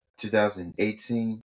2018